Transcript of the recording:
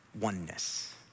oneness